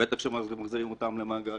בטח שמחזירים אותם למעגל.